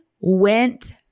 went